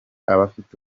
abafite